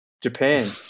Japan